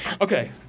Okay